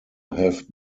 have